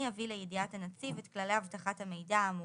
יביא לידיעת הנציב את כללי אבטחת המידע האמורים.